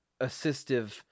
assistive